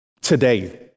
today